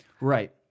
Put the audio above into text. Right